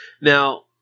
Now